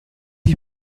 you